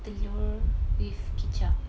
telur with kicap